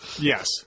Yes